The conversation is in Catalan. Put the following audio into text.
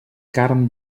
carn